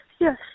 Yes